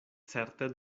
certe